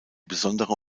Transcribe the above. besondere